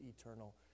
eternal